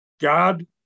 God